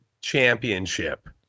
championship